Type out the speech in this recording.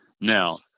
Now